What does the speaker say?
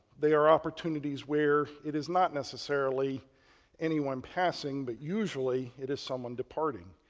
they are opportunities where it is not necessarily anyone passing but usually it is someone departing.